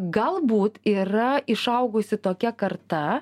galbūt yra išaugusi tokia karta